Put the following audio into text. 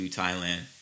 Thailand